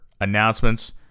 announcements